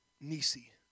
Nisi